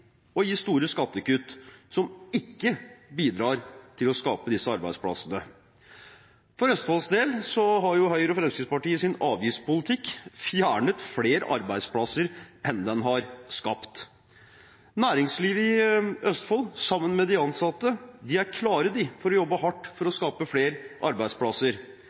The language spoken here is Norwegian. gi store skattekutt som ikke bidrar til å skape disse arbeidsplassene. For Østfolds del har Høyre og Fremskrittspartiets avgiftspolitikk fjernet flere arbeidsplasser enn den har skapt. Næringslivet i Østfold, sammen med de ansatte, er klart til å jobbe hardt for å skape flere arbeidsplasser,